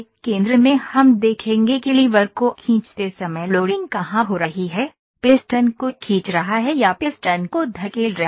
केंद्र में हम देखेंगे कि लीवर को खींचते समय लोडिंग कहां हो रही है पिस्टन को खींच रहा है या पिस्टन को धकेल रहा है